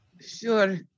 Sure